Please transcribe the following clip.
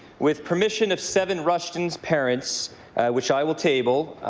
with permission of seven rushton parents which i will table,